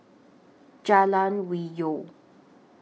Jalan Hwi Yoh